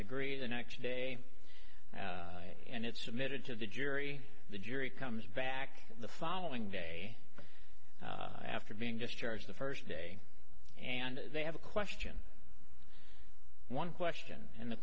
agreed the next day and it submitted to the jury the jury comes back the following day after being discharged the first day and they have a question one question and the